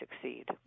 succeed